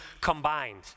combined